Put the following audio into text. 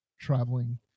traveling